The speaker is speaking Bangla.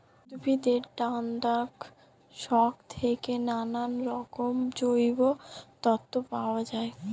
উদ্ভিদের ডান্ডার স্টক থেকে নানারকমের জৈব তন্তু পাওয়া যায়